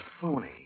phony